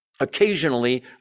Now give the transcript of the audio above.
occasionally